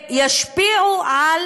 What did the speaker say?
וישפיעו על